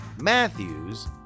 Matthews